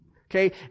Okay